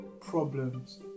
problems